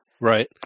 Right